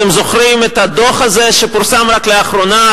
אתם זוכרים את הדוח הזה שפורסם רק לאחרונה,